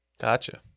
Gotcha